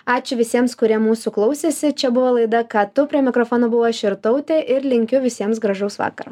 ačiū visiems kurie mūsų klausėsi čia buvo laida ką tu prie mikrofono buvau aš irtautė ir linkiu visiems gražaus vakaro